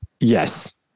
Yes